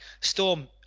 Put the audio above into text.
Storm